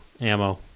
Ammo